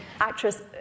actress